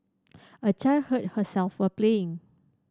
a child hurt herself while playing